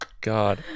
God